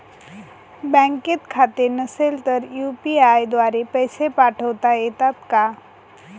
बँकेत खाते नसेल तर यू.पी.आय द्वारे पैसे पाठवता येतात का?